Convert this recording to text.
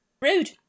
Rude